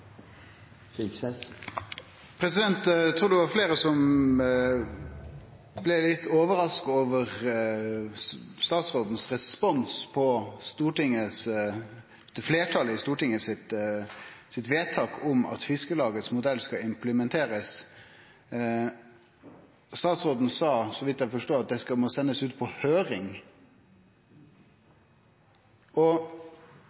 trur det var fleire som blei litt overraska over responsen til statsråden på stortingsfleirtalets vedtak om at Fiskarlagets modell skal implementerast. Statsråden sa, så vidt eg forstår, at dette må sendast ut på